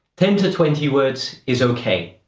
ten to twenty words is okay.